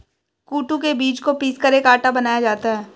कूटू के बीज को पीसकर एक आटा बनाया जाता है